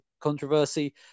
controversy